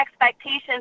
expectations